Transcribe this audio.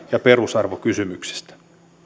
ja perusarvokysymyksistä